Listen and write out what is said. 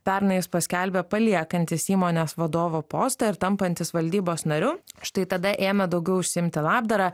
pernai jis paskelbė paliekantis įmonės vadovo postą ir tampantis valdybos nariu štai tada ėmė daugiau užsiimti labdara